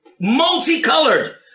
multicolored